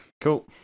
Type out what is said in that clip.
cool